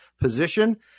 position